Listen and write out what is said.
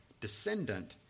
descendant